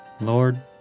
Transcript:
Lord